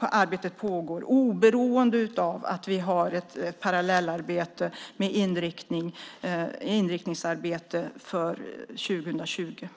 arbete pågår oberoende av det parallella inriktningsarbetet för 2020.